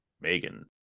megan